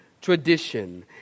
tradition